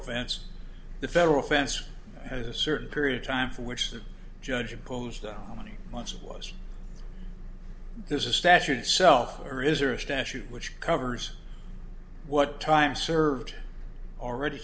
offense the federal offense has a certain period of time from which the judge imposed on many months of was there's a statute itself or is there a statute which covers what time served already